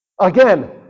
Again